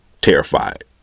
terrified